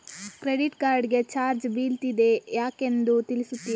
Credit card ಗೆ charge ಬೀಳ್ತಿದೆ ಯಾಕೆಂದು ತಿಳಿಸುತ್ತೀರಾ?